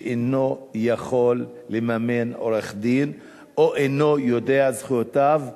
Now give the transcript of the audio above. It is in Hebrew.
שאינו יכול לממן עורך-דין או אינו יודע זכויותיו,